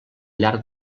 llarg